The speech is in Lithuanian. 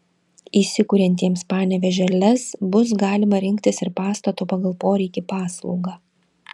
įsikuriantiems panevėžio lez bus galima rinktis ir pastato pagal poreikį paslaugą